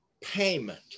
payment